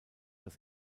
das